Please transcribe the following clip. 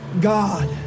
God